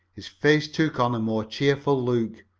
his face took on a more cheerful look.